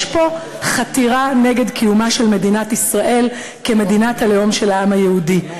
יש פה חתירה נגד קיומה של מדינת ישראל כמדינת הלאום של העם היהודי.